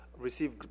receive